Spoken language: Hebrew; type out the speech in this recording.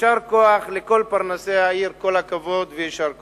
יישר כוח לכל פרנסי העיר, כל הכבוד ויישר כוח.